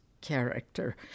character